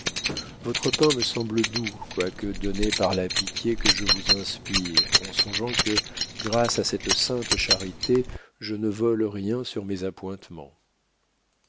votre pain me semble doux quoique donné par la pitié que je vous inspire en songeant que grâce à cette sainte charité je ne vole rien sur mes appointements